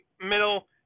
middle